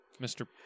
Mr